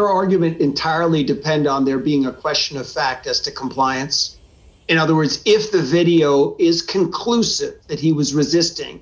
argument entirely depend on there being a question of fact as to compliance in other words if the video is conclusive that he was resisting